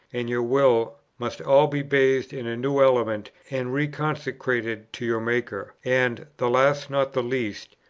and your will, must all be bathed in a new element, and reconsecrated to your maker and, the last not the least,